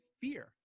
fear